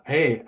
Hey